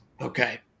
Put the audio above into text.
Okay